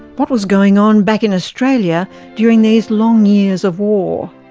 what was going on back in australia during these long years of war?